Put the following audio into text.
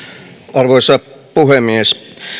arvoisa puhemies